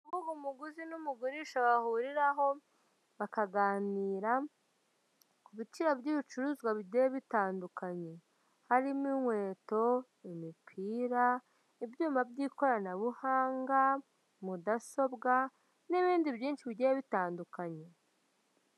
Urubuga umuguzi n'umugurisha bahuriraho bakaganira ku biciro by'ibicuruzwa bigiye bitandukanye harimo: inkweto, imipira, ibyuma by'ikoranabuhanga, mudasobwa n'ibindi byinshi bigiye bitandukanye.